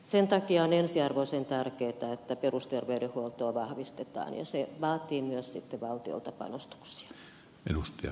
sen takia on ensiarvoisen tärkeää että perusterveydenhuoltoa vahvistetaan ja se vaatii sitten myös valtiolta panostuksia